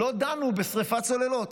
לא דנו בשרפה סוללות.